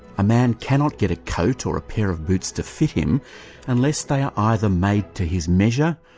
a man cannot get a coat or a pair of boots to fit him unless they are either made to his measure,